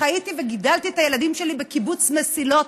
חייתי וגידלתי את הילדים שלי בקיבוץ מסילות,